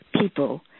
people